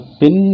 pin